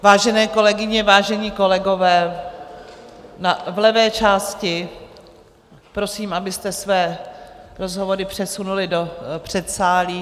Vážené kolegyně, vážení kolegové v levé části, prosím, abyste své rozhovory přesunuli do předsálí.